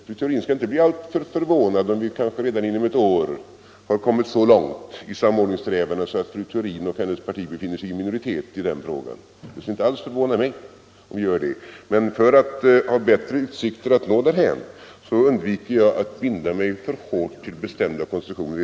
Fru Theorin skall inte bli alltför förvånad om vi redan inom ett år har kommit så långt i samordningssträvandena att fru Theorin och hennes parti befinner sig i minoritet i den frågan; det skulle inte alls förvåna mig. Men för att vi skall ha bättre utsikter att nå därhän undviker jag i dag att binda mig alltför hårt till bestämda konstruktioner.